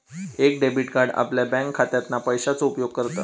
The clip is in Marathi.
एक डेबिट कार्ड आपल्या बँकखात्यातना पैशाचो उपयोग करता